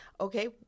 okay